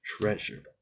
treasure